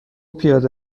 پیاده